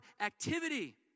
activity